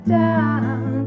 down